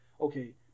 okay